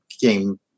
game